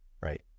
right